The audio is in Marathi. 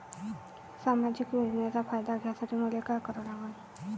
सामाजिक योजनेचा फायदा घ्यासाठी मले काय लागन?